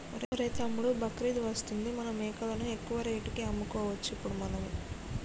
ఒరేయ్ తమ్ముడు బక్రీద్ వస్తుంది మన మేకలను ఎక్కువ రేటుకి అమ్ముకోవచ్చు ఇప్పుడు మనము